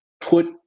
put